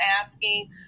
asking